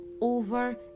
over